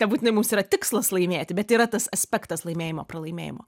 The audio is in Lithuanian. nebūtinai mums yra tikslas laimėti bet yra tas aspektas laimėjimo pralaimėjimo